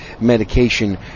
medication